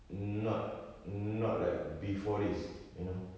not not like before this you know